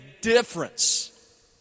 difference